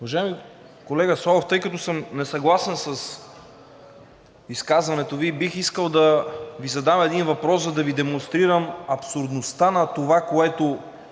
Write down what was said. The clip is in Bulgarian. Уважаеми колега Славов, тъй като съм несъгласен с изказването Ви, бих искал да Ви задам един въпрос, за да Ви демонстрирам абсурдността на това, което